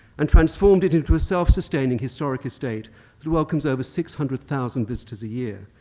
and transformed it into a self-sustaining historic estate who welcomes over six hundred thousand visitors a year.